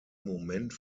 moment